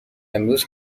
امروز